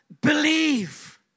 believe